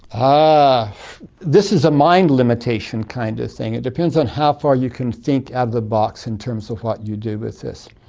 um ah this is a mind limitation kind of thing. it depends on how far you can think out of the box in terms of what you do with this.